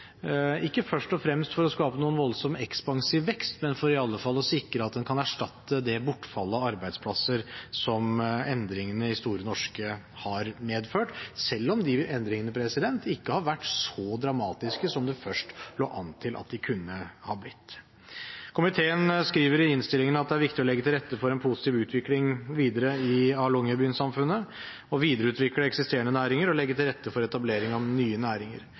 ikke først og fremst for å skape noen voldsom, ekspansiv vekst, men for i alle fall å sikre at en kan erstatte det bortfallet av arbeidsplasser som endringene i Store Norske har medført, selv om de endringene ikke har vært så dramatiske som det først lå an til at de kunne bli. Komiteen skriver i innstillingen at «det er viktig å legge til rette for en positiv utvikling av longyearbysamfunnet, ved å videreutvikle eksisterende næringer og legge til rette for etablering av nye næringer».